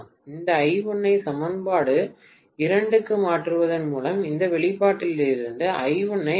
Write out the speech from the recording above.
இந்த I1 ஐ சமன்பாடு 2 க்கு மாற்றுவதன் மூலம் இந்த வெளிப்பாட்டிலிருந்து I1 ஐ அகற்றவும்